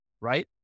right